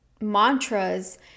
mantras